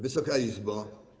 Wysoka Izbo!